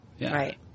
Right